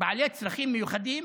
בעלי הצרכים המיוחדים,